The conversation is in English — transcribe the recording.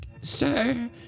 sir